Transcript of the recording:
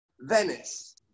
Venice